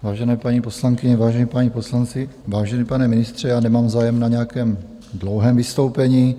Vážené paní poslankyně, vážení páni poslanci, vážený pane ministře, já nemám zájem na nějakém dlouhém vystoupení.